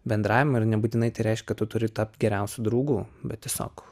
bendravimą ir nebūtinai tai reiškia kad tu turi tapt geriausiu draugu bet tiesiog